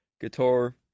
guitar